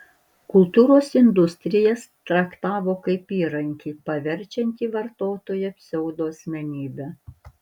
kultūros industrijas traktavo kaip įrankį paverčiantį vartotoją pseudoasmenybe